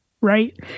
right